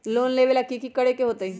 Loan लेबे ला की कि करे के होतई?